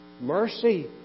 Mercy